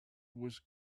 was